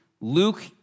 Luke